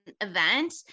event